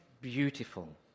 beautiful